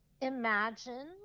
imagine